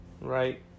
right